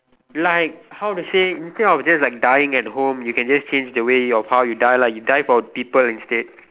like how to say instead of just like dying at home you can just change the way of how you die lah you die for people instead